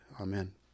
amen